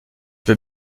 veux